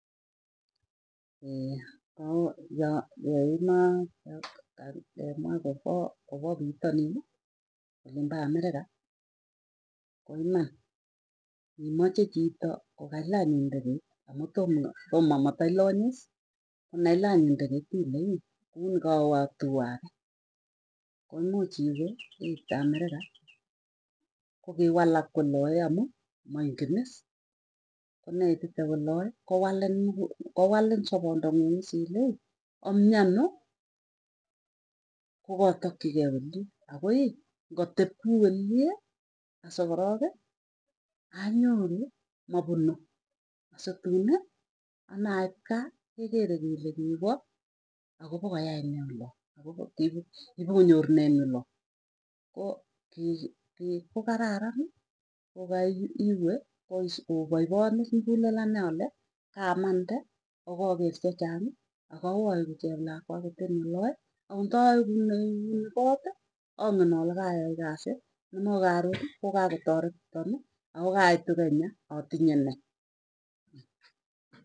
koka pitanin olimpo america, koima imache chito kokailany indekeit, amu tamo matailanye iis, konailany indekeit ilei uni kawe atua agee. Koimuch iwee iit america kokiiwalak oloe amuu maingen iis, koneitite oloe kowalin muku kowalin sapondo nguung iss ilei, ami anoo kokatakchigei olin, agoi ngatep kukolie asikoroki anyoru mavuno. Asatuni anait kaa kekere kele kiwoo, akopokoyai neulo kipukonyor nee en oloo, koo ki kiit ko kararani kokaiwe kois kopaipaan kaamande akaker chechang'i akawaegu cheplakwa akot en olae. Akot ndaeku neiuni kooti, angen alee kayai kasit nema karon kokako taretoni akokaitu kenya atinye nee.